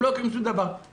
הם לא עושים שום דבר.